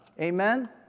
Amen